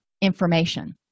information